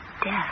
Death